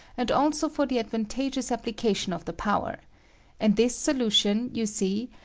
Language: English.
and also for the ad vantageous application of the power and this solution, you see,